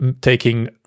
taking